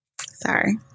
Sorry